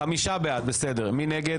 מי נגד?